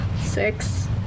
Six